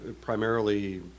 primarily